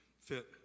fit